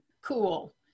Cool